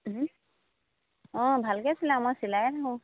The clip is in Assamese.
অঁ ভালকৈ চিলাম মই চিলায়ে থাকোঁ